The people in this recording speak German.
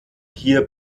hier